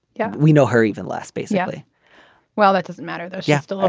yeah we know her even last basically well that doesn't matter though. you have to.